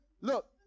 Look